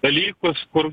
dalykus kur